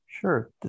Sure